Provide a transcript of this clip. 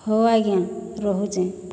ହଉ ଆଜ୍ଞା ରହୁଛେଁ